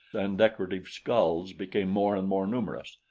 and decorative skulls became more and more numerous.